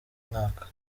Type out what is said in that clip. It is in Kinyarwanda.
mwaka